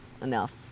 Enough